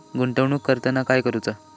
गुंतवणूक करताना काय करुचा?